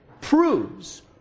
proves